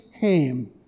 came